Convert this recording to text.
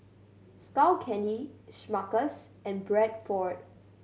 Skull Candy Smuckers and Bradford